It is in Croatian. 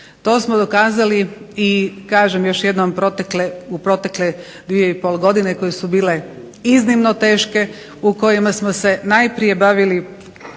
To smo dokazali i kažem još jednom u protekle dvije i pol godine koje su bile iznimno teške, u kojima smo se najprije bavili